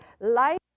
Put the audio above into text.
life